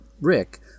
Rick